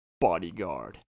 Bodyguard